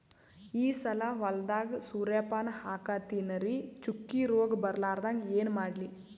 ಈ ಸಲ ಹೊಲದಾಗ ಸೂರ್ಯಪಾನ ಹಾಕತಿನರಿ, ಚುಕ್ಕಿ ರೋಗ ಬರಲಾರದಂಗ ಏನ ಮಾಡ್ಲಿ?